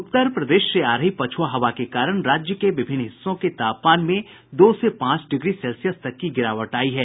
उत्तर प्रदेश से आ रही पछ्आ हवा के कारण राज्य के विभिन्न हिस्सों के तापमान में दो से पांच डिग्री सेल्सियस तक की गिरावट आयी है